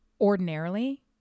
ordinarily